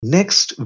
Next